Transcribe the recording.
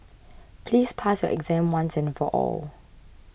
please pass your exam once and for all